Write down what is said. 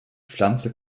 pflanze